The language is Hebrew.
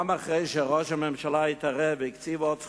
גם אחרי שראש הממשלה התערב והקציב עוד סכום,